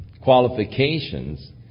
qualifications